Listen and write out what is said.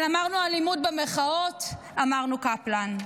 אבל אמרנו אלימות במחאות, אמרנו קפלן.